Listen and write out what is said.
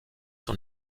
son